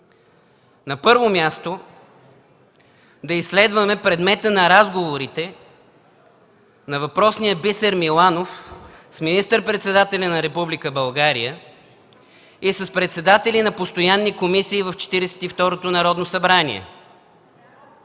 На първо място, да изследваме предмета на разговорите на въпросния Бисер Миланов с министър-председателя на Република България и с председатели на постоянни комисии в Четиридесет